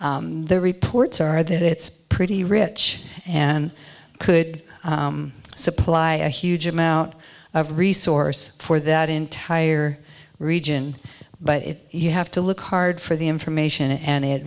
the reports are that it's pretty rich and could supply a huge amount of resource for that entire region but if you have to look hard for the information and it